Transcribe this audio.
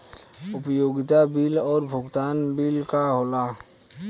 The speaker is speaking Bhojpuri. उपयोगिता बिल और भुगतान बिल का होला?